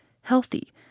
healthy